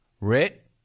Rit